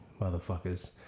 motherfuckers